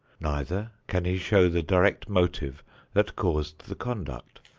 neither can he show the direct motive that caused the conduct.